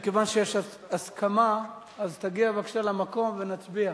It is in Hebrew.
מכיוון שיש הסכמה, אז תגיע בבקשה למקום ונצביע.